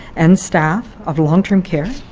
and staff of long-term care,